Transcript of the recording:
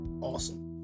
awesome